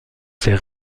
ses